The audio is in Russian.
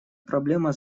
проблема